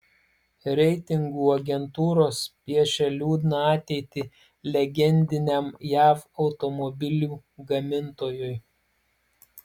reitingų agentūros piešia liūdną ateitį legendiniam jav automobilių gamintojui